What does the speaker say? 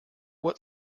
what